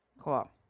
Cool